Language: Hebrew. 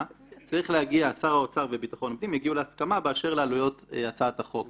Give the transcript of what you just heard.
הראשונה שר האוצר וביטחון פנים יגיעו להסכמה באשר לעלויות הצעת החוק.